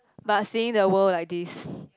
but seeing the world like this